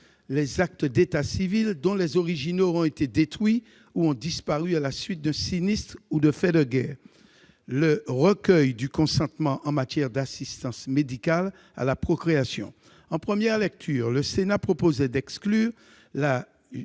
les actes d'état civil dont les originaux ont été détruits ou ont disparu à la suite d'un sinistre ou de faits de guerre, ainsi que le recueil du consentement en matière d'assistance médicale à la procréation. En première lecture, le Sénat proposait d'exclure la